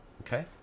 okay